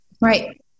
Right